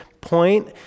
point